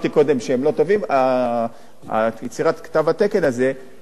יצירת תו התקן הזה ממש תיצור סוג של הסדרה: איך,